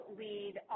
lead